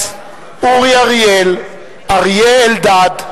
דניאל בן-סימון,